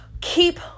keep